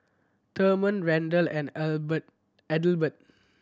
Therman Randell and Adelbert